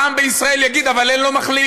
העם בישראל יגיד: אבל אין לו מחליף.